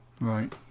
Right